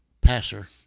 passer